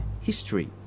history